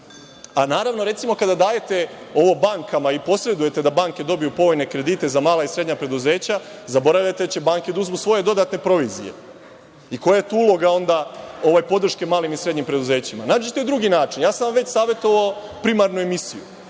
A, naravno, kada dajete ovo bankama i posredujete da banke dobiju povoljne kredite za mala i srednja preduzeća, zaboravljate da će banke da uzmu svoje dodatne provizije. Koja je tu uloga onda podrške malim i srednjim preduzećima? Nađite drugi način. Ja sam vam već savetovao primarnu emisiju,